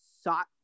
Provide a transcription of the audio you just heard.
sought